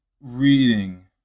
reading